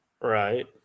Right